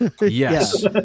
Yes